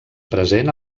present